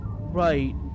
Right